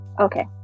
Okay